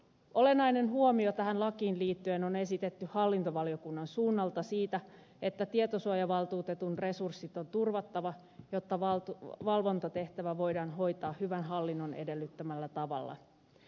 olennainen huomio tähän lakiin liittyen on esitetty hallintovaliokunnan suunnalta siitä että tietosuojavaltuutetun resurssit on turvattava jotta valvontatehtävä voidaan hoitaa hyvän hallinnon edellyttämällä tavalla